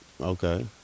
Okay